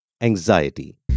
anxiety